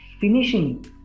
finishing